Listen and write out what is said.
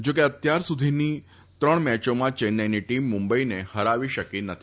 જો કે અત્યાર સુધીની ત્રણ મેચોમાં ચેન્નાઇની ટીમ મુંબઇને હરાવી શકી નથી